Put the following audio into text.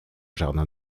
jardin